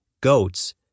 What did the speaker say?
goats